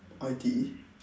I_T_E